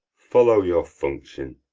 follow your function,